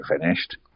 finished